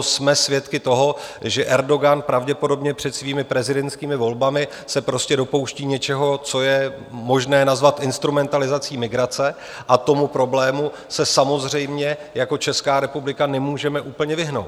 Jsme svědky toho, že Erdogan pravděpodobně před svými prezidentskými volbami se prostě dopouští něčeho, co je možné nazvat instrumentalizací migrace, a tomu problému se samozřejmě jako Česká republika nemůžeme úplně vyhnout.